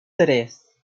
tres